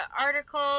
article